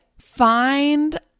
find